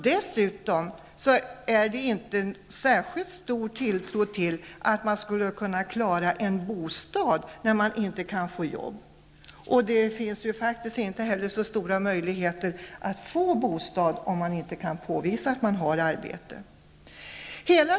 Dessutom sätter många inte alltför stor tilltro till att man klarar av en bostad när man inte kan få jobb. Det finns inte heller särskilt stora möjligheter att få en bostad om man inte kan påvisa att man har arbete.